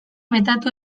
metatu